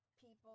people